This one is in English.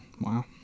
Wow